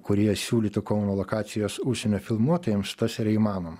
kurie siūlytų kauno lokacijas užsienio filmuotojams tas yra įmanoma